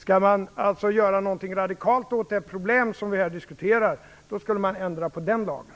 Skall man göra något radikalt åt det problem som vi här diskuterar skall man ändra på den lagen.